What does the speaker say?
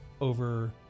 over